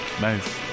Nice